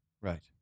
Right